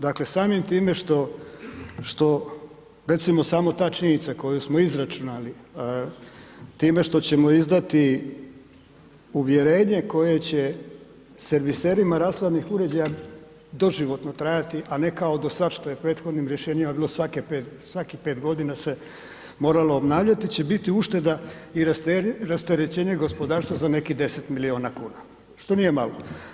Dakle, samim tim recimo samo ta činjenica koju smo izračunali time što ćemo izdati uvjerenje koje će serviserima rashladnih uređaja doživotno trajati, a ne kao do sada što je prethodnim rješenjima bilo svakih pet godina se moralo obnavljati će biti ušteda i rasterećenje gospodarstva za nekih 10 milijuna kuna, što nije malo.